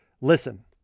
listen